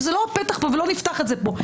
זה לא פתח פה, ולא נפתח את זה פה.